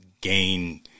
gain